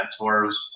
mentors